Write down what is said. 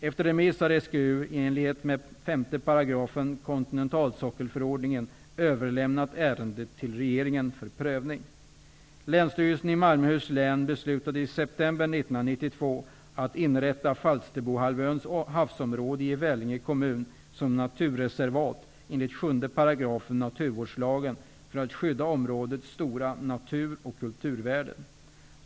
Efter remiss har SGU i enlighet med 5 § kontinentalsockelförordningen överlämnat ärendet till regeringen för prövning. Länsstyrelsen i Malmöhus län beslutade i september 1992 att inrätta Falsterbohalvöns havsområde i Vellinge kommun som naturreservat enligt 7 § naturvårdslagen för att skydda områdets stora natur och kulturvärden.